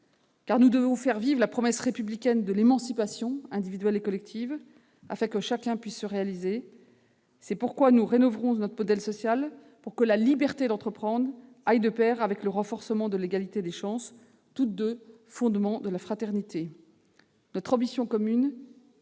Car nous devons faire vivre la promesse républicaine de l'émancipation individuelle et collective, afin que chacun puisse se réaliser. C'est pourquoi nous rénoverons notre modèle social afin que la liberté d'entreprendre aille de pair avec le renforcement de l'égalité des chances, toutes deux fondements de la fraternité. Notre ambition commune,